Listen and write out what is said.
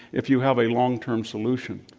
if you have a long-term solution.